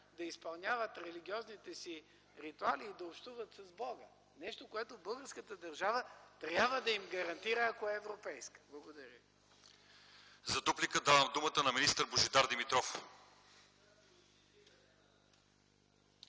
да изпълняват религиозните си ритуали и да общуват с Бога – нещо, което българската държава трябва да им гарантира, ако е европейска. Благодаря ви. ПРЕДСЕДАТЕЛ ЛЪЧЕЗАР ИВАНОВ: За дуплика давам думата на министър Божидар Димитров.